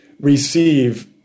receive